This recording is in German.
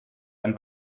ein